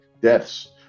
deaths